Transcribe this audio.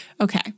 Okay